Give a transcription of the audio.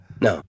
No